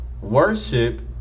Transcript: worship